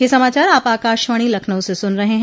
ब्रे क यह समाचार आप आकाशवाणी लखनऊ से सुन रहे हैं